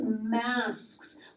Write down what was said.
masks